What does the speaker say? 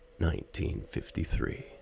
1953